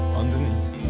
underneath